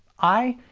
i,